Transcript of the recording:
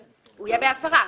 נכון.